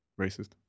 Racist